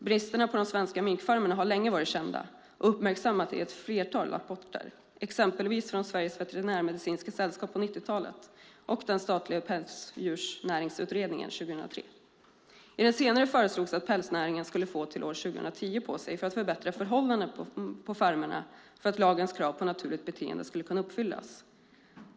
Bristerna på de svenska minkfarmerna har länge varit kända och uppmärksammats i ett flertal rapporter, exempelvis från Sveriges Veterinärmedicinska Sällskap på 90-talet och den statliga Pälsdjursnäringsutredningen 2003. I den senare rapporten föreslogs att pälsnäringen skulle få till år 2010 på sig för att förbättra förhållandena på farmerna så att lagens krav på naturligt beteende skulle kunna uppfyllas.